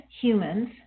humans